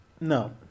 No